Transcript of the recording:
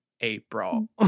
April